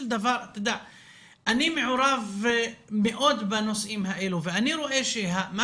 דבר אני מעורב מאוד בנושאים האלה ואני רואה שמה